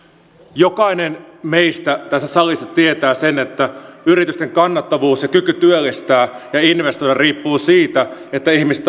jokainen meistä tässä salissa tietää sen että yritysten kannattavuus ja kyky työllistää ja investoida riippuu siitä että ihmiset